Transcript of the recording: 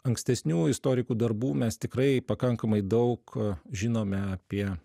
ankstesnių istorikų darbų mes tikrai pakankamai daug žinome apie